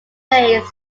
replaced